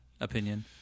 opinion